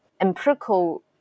empirical